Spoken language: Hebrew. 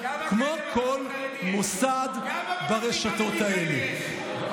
כמו כל מוסד ברשתות האלה.